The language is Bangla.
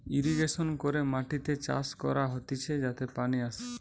ইরিগেশন করে মাটিতে চাষ করা হতিছে যাতে পানি আসে